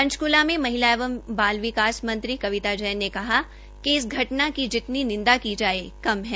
पंचकूला में महिला एवं बाल विकास मंत्री कविता जैन ने कहा कि इस घटना की जितनी निंदा की जाये कम है